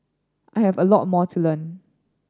I have a lot more to learn